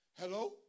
Hello